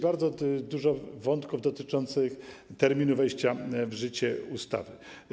Bardzo dużo wątków dotyczących terminu wejścia w życie ustawy.